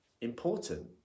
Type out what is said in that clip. important